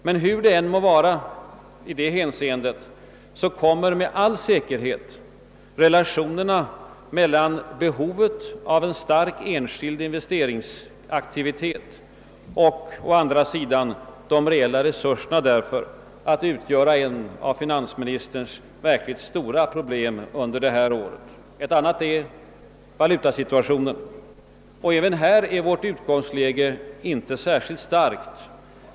Men hur det än må vara i det hänseendet kommer med all säkerhet relationerna mellan å ena sidan behovet av en stark enskild investeringsaktivitet och å andra sidan de reella resurserna därför att utgöra ett av finansministerns verkligt stora problem under detta år. Ett annat problem är valutasituationen. Inte heller här är vårt utgångsläge särskilt starkt.